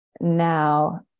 now